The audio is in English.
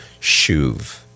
shuv